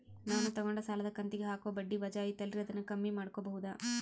ನಾನು ತಗೊಂಡ ಸಾಲದ ಕಂತಿಗೆ ಹಾಕೋ ಬಡ್ಡಿ ವಜಾ ಐತಲ್ರಿ ಅದನ್ನ ಕಮ್ಮಿ ಮಾಡಕೋಬಹುದಾ?